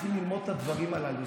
צריכים ללמוד את הדברים הללו.